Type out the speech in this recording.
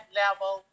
level